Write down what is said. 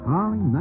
Harley